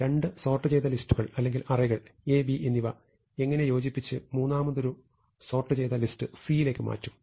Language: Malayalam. രണ്ട് സോർട്ട് ചെയ്ത ലിസ്റ്റുകൾ അല്ലെങ്കിൽ അറേകൾ A B എന്നിവ എങ്ങനെ സംയോജിപ്പിച്ച് മൂന്നാമാതൊരു സോർട്ട് ചെയ്ത ലിസ്റ്റ് C യിലേക്ക് മാറ്റും